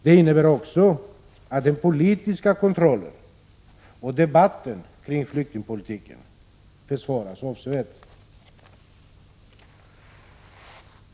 Det innebär också att den politiska kontrollen och debatten kring flyktingpolitiken försvåras avsevärt.